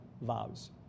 vows